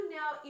now